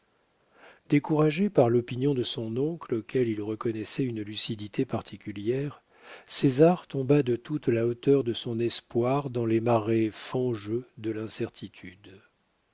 découragé par l'opinion de son oncle auquel il reconnaissait une lucidité particulière césar tomba de toute la hauteur de son espoir dans les marais fangeux de l'incertitude